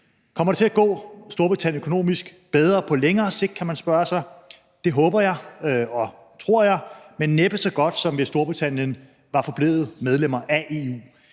Kommer det til at gå Storbritannien økonomisk bedre på længere sigt? kan man spørge sig. Det håber jeg og tror jeg, men næppe så godt, som hvis Storbritannien var forblevet medlem af EU.